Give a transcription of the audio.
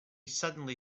suddenly